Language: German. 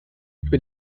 über